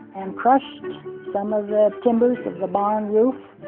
and crushed some of the timbers of the barn roof.